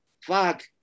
fuck